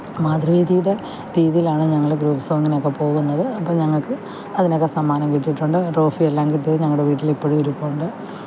മാതൃവീഥിയുടെ രീതീലാണ് ഞങ്ങള് ഗ്രൂപ്പ് സോങ്ങിനൊക്കെ പോകുന്നത് അപ്പം ഞങ്ങൾക്ക് അതിനൊക്കെ സമ്മാനം കിട്ടിയിട്ടുണ്ട് ട്രോഫിയെല്ലാം കിട്ടിയത് ഞങ്ങളുടെ വീട്ടിലിപ്പഴും ഇരിപ്പുണ്ട്